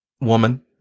woman